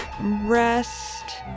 rest